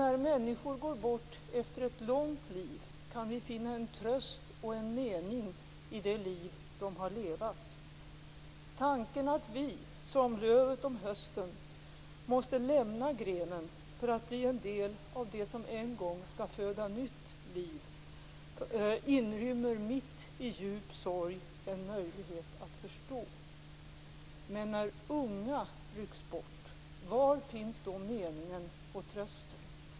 När människor går bort efter ett långt liv, kan vi finna en tröst och en mening i det liv de har levat. Tanken att vi - som lövet om hösten - måste lämna grenen för att bli en del av det som en gång skall föda nytt liv inrymmer, mitt i djup sorg, en möjlighet att förstå. Men när unga rycks bort - var finns då meningen och trösten?